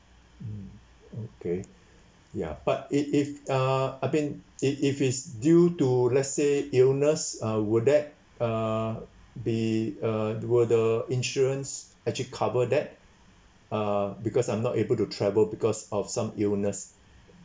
mm okay ya but it if uh I mean if it is due to let say illness uh would that uh be uh will the insurance actually cover that uh because I'm not able to travel because of some illness